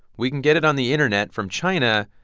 we can get it on the internet from china.